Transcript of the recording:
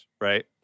right